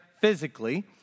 physically